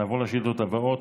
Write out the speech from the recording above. נעבור לשאילתות הבאות.